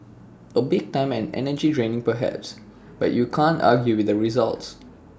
A bit time and energy draining perhaps but you can't argue with the results